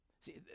See